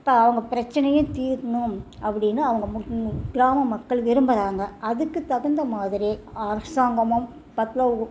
ப அவங்க பிரச்சினையும் தீரணும் அப்படின்னு அவங்க கிராம மக்கள் விரும்பறாங்க அதுக்குத் தகுந்த மாதிரி அரசாங்கமும் தக்க உ